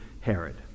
Herod